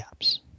apps